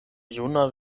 juna